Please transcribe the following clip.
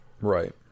right